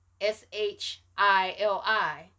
S-H-I-L-I